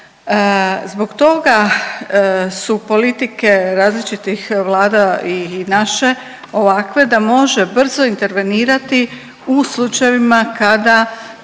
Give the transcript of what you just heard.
Zbog toga su politike različitih vlada i naše ovakve da može brzo intervenirati u slučajevima kada